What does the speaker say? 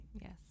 Yes